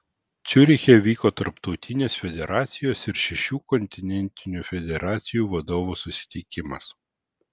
ciuriche vyko tarptautinės federacijos ir šešių kontinentinių federacijų vadovų susitikimas